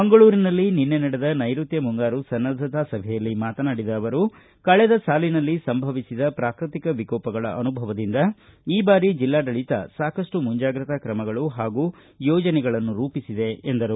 ಮಂಗಳೂರಿನಲ್ಲಿ ನಿನ್ನೆ ನಡೆದ ನೈಋತ್ತ ಮುಂಗಾರು ಸನ್ನದ್ಧತಾ ಸಭೆಯಲ್ಲಿ ಮಾತನಾಡಿದ ಅವರು ಕಳೆದ ಸಾಲಿನಲ್ಲಿ ಸಂಭವಿಸಿದ ಪ್ರಾಕೃತಿಕ ವಿಕೋಪಗಳ ಅನುಭವದಿಂದ ಈ ಬಾರಿ ಜಿಲ್ಲಾಡಳಿತ ಸಾಕಷ್ಟು ಮುಂಜಾಗ್ರತ ಕ್ರಮಗಳು ಹಾಗೂ ಯೋಜನೆಗಳನ್ನು ರೂಪಿಸಿದೆ ಎಂದರು